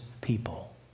people